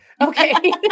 okay